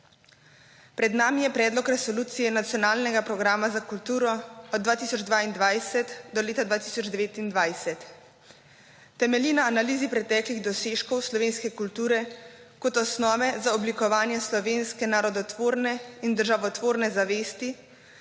Pred nami je predlog resolucije nacionalnega programa za kulturo od 2022 do leta 2029. Temelji na analizi preteklih dosežkov slovenske kulture kot osnove za oblikovanje slovenske narodotvorne in državotvorne zavesti